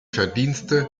verdienste